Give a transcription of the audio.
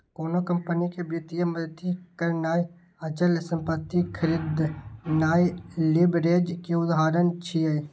कोनो कंपनी कें वित्तीय मदति करनाय, अचल संपत्ति खरीदनाय लीवरेज के उदाहरण छियै